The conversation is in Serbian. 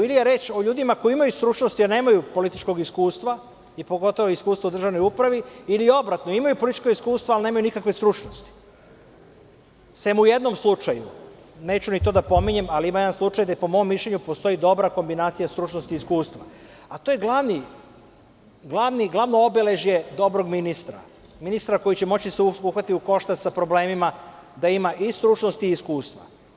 Ili je reč o ljudima koji imaju stručnost jer nemaju političkog iskustva i pogotovo iskustva u državnoj upravi ili obratno, imaju politička iskustva, ali nemaju nikakve stručnosti, osim u jednom slučaju, neću ni to da pominjem, ali ima jedan slučaj, gde po mom mišljenju postoji dobra kombinacija stručnosti i iskustva, a to je glavno obeležje dobrog ministra, ministra koji će moći da se uhvati u koštac sa problemima da ima i stručnost i iskustvo.